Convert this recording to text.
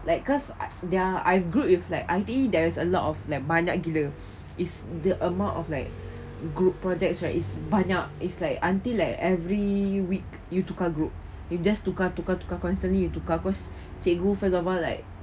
like cause I there are I've grouped with like I_T_E there is a lot of like banyak gila is the amount of like group projects right is banyak is like until like every week you tukar group you've just tukar tukar tukar constantly you tukar cause cikgu first of all like